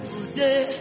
Today